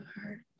heart